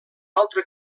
altre